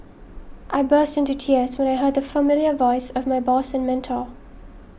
I burst into tears when I heard the familiar voice of my boss and mentor